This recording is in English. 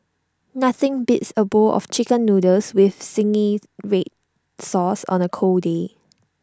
nothing beats A bowl of Chicken Noodles with Zingy Red Sauce on A cold day